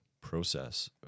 process